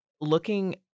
looking